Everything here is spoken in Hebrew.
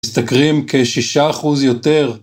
משתכרים כשישה אחוז יותר.